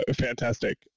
fantastic